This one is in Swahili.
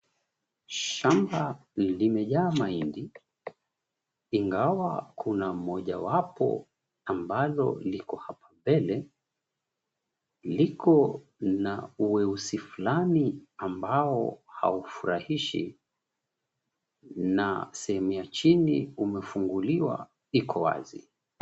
Shamba limejaa mahindi, ingawa kuna mojawapo ambalo liko hapo mbele liko na uweusi fulani ambao haufurahishi na sehemu ya chini umefunguliwa iko wazi.